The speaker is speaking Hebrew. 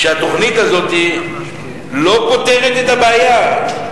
התוכנית הזאת לא פותרת את הבעיה.